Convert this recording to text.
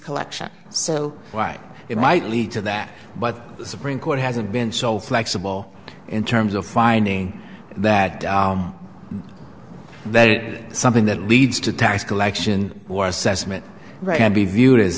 collection so right it might lead to that but the supreme court hasn't been so flexible in terms of finding that very something that leads to tax collection or assessment right to be viewed as